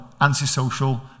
Antisocial